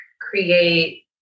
create